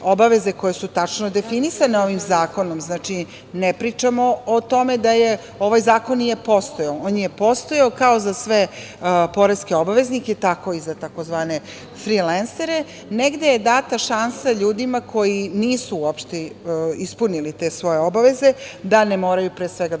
obaveze koje su tačno definisane ovim zakonom, znači ne pričamo o tome da ovaj zakon nije postojao, on je postojao kao za sve poreske obaveznike, tako i za tzv. frilensere, negde je data šansa ljudima koji nisu ispunili te svoje obaveze da ne moraju, pre svega